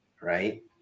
Right